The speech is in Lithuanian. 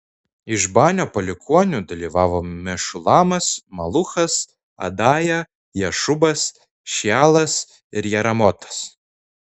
iš banio palikuonių dalyvavo mešulamas maluchas adaja jašubas šealas ir jeramotas